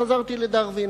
חזרתי לדרווין,